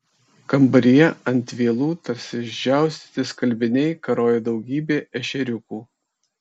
kambaryje ant vielų tarsi išdžiaustyti skalbiniai karojo daugybė ešeriukų